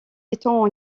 étant